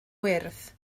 wyrdd